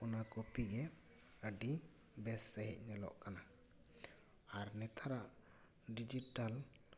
ᱚᱱᱟ ᱠᱳᱯᱤ ᱜᱮ ᱟᱹᱰᱤ ᱵᱮᱥ ᱥᱟᱺᱦᱤᱡ ᱧᱮᱞᱚᱜ ᱠᱟᱱᱟ ᱟᱨ ᱱᱮᱛᱟᱨᱟᱜ ᱰᱤᱡᱤᱴᱟᱞ